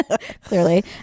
clearly